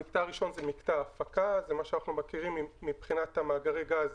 המקטע הראשון זה מקטע ההפקה זה מה שאנחנו מכירים מבחינת מאגרי הגז